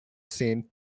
saint